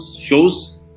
shows